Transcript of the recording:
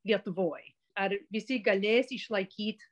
lietuvoj ar visi galės išlaikyt